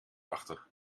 achter